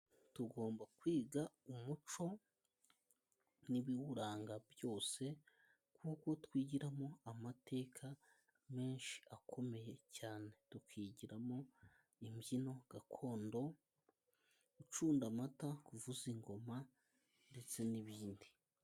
Tugomba kwiga umuco n'ibiwuranga byose kuko twigiramo amateka menshi akomeye cyane tukigiramo: imbyino gakondo, ucunda amata, kuvuza ingoma ndetse n'ibindi.